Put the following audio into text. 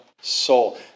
soul